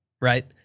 right